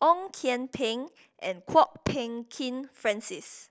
Ong Kian Peng and Kwok Peng Kin Francis